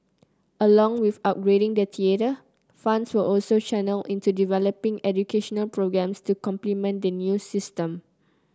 along with upgrading the theatre funds were also channelled into developing educational programmes to complement the new system